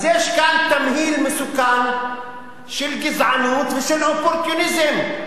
אז יש כאן תמהיל מסוכן של גזענות ושל אופורטוניזם.